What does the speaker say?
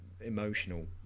emotional